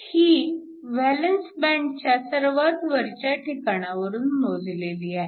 ही valence बँडच्या सर्वात वरच्या ठिकाणावरून मोजलेली आहे